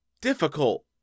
difficult